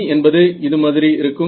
E என்பது இது மாதிரி இருக்கும்